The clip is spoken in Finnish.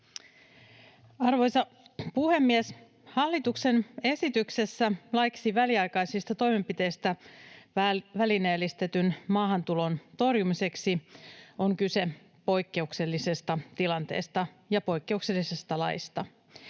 Arvoisa puhemies! Hallituksen esityksessä laiksi väliaikaisista toimenpiteistä välineellistetyn maahantulon torjumiseksi on kyse poikkeuksellisesta tilanteesta ja poikkeuksellisesta laista.